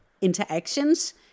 interactions